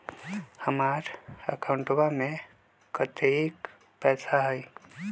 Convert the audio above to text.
हमार अकाउंटवा में कतेइक पैसा हई?